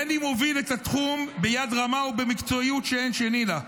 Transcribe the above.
בני מוביל את התחום ביד רמה ובמקצועיות שאין שני לה.